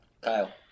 Kyle